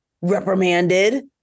reprimanded